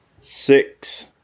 Six